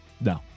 No